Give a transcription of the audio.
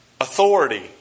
authority